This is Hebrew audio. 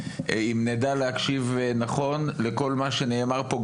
אם נדע להקשיב נכון לכל מה שנאמר פה,